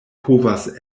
povas